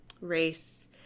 race